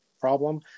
problem